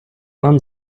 вам